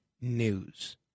news